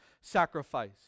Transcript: sacrifice